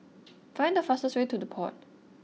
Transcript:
find the fastest way to The Pod